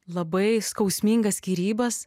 labai skausmingas skyrybas